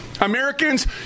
Americans